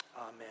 Amen